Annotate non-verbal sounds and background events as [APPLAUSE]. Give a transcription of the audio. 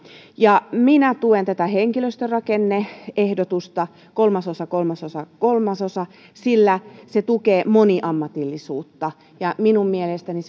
ja minä tuen tätä henkilöstörakenne ehdotusta kolmasosa kolmasosa kolmasosa sillä se tukee moniammatillisuutta minun mielestäni [UNINTELLIGIBLE]